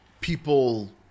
people